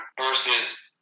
versus